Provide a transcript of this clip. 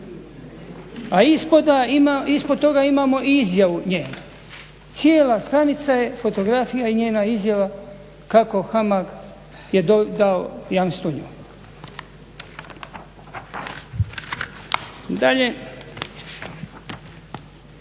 A ispod toga imamo izjavu nje, cijela stranica je fotografija i njena izjava kako je HAMAG dao jamstvo njoj. Dalje,